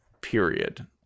period